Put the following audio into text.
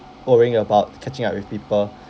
worrying about catching up with people